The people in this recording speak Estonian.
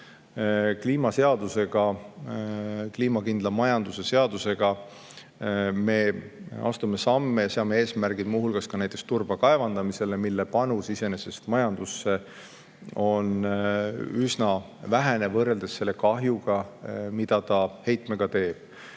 maksab rohkem. Kliimakindla majanduse seadusega me astume samme ja seame eesmärgiks muu hulgas ka näiteks turba kaevandamise, mille panus iseenesest majandusse on üsna vähene võrreldes selle kahjuga, mida ta heitmega teeb.